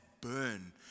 burn